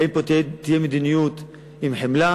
האם פה תהיה מדיניות עם חמלה,